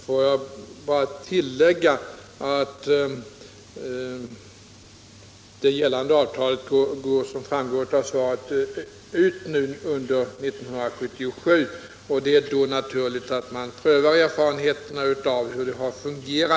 Låt mig bara tillägga att det gällande avtalet, som framgår av svaret, går ut under år 1977. Det är då naturligt att man därefter prövar erfarenheterna av hur avtalet har fungerat.